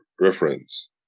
reference